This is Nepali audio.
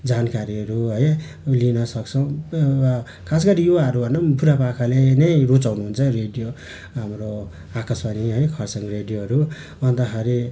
जानकारीहरू है लिनसक्छौँ खास गरी यो युवाहरू भनौँ बुढापाकाले नै रुचाउनुहुन्छ रेडियो हाम्रो आकाशवाणी है खरसाङ रेडियोहरू अन्तखरि